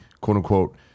quote-unquote